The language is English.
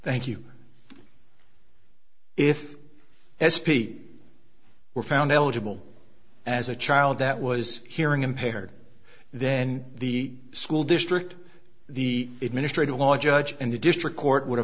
thank you if they speak were found eligible as a child that was hearing impaired then the school district the administrative law judge and the district court would